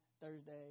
Thursday